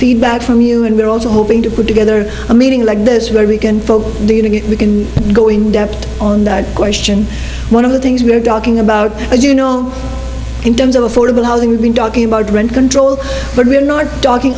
feedback from you and we're also hoping to put together a meeting like this where we can folks we can go in depth on that question one of the things we're talking about is you know in terms of affordable housing we've been talking about rent control but we're not talking